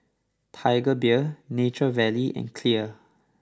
Tiger Beer Nature Valley and Clear